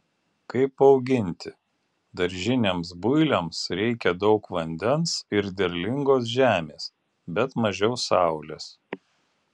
kaip auginti daržiniams builiams reikia daug vandens ir derlingos žemės bet mažiau saulės